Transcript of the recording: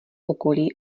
okolí